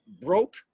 broke